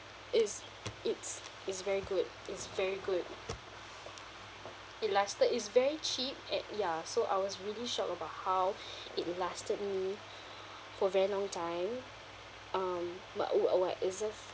it's it's it's very good it's very good it lasted it's very cheap at ya so I was really shocked about how it lasted me for very long time um but wha~ what it's just